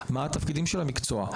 המקצועות, מה התפקידים של המקצוע".